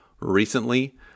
recently